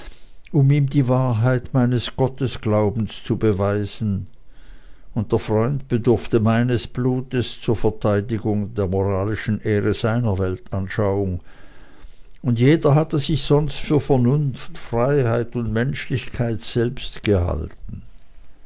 um ihm die wahrheit meines gottesglaubens zu beweisen und der freund bedurfte meines blutes zur verteidigung der moralischen ehre seiner weltanschauung und jeder hatte sich sonst für die vernunft freiheit und menschlichkeit selbst gehalten